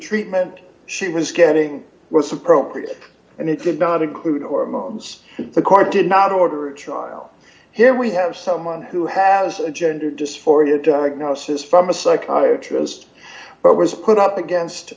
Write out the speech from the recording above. treatment she was getting was appropriate and it did not include hormones the court did not order a trial here we have someone who has a gender dysphoria diagnosis from a psychiatrist but was put up against